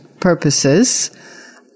purposes